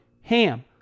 HAM